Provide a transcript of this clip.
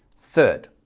third,